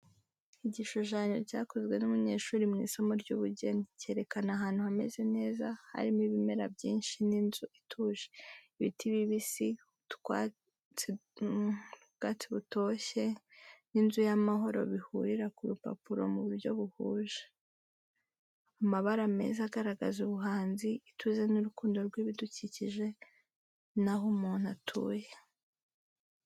Igishushanyo cyakozwe n’umunyeshuri mu isomo ry’ubugeni cyerekana ahantu hameze neza, harimo ibimera byinshi n’inzu ituje. Ibiti bibisi, ubwatsi butoshye, n’inzu y’amahoro bihurira ku rupapuro mu buryo buhuje. Amabara meza agaragaza ubuhanzi, ituze, n’urukundo rw’ibidukikije naho umuntu atuye.